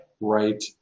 right